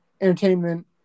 entertainment